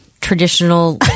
traditional